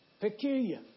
Peculiar